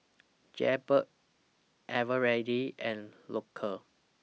Jaybird Eveready and Loacker